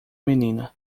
menina